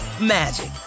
magic